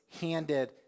handed